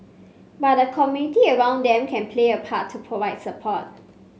but the community around them can play a part to provide support